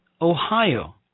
Ohio